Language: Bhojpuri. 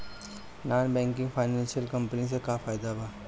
नॉन बैंकिंग फाइनेंशियल कम्पनी से का फायदा बा?